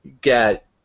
get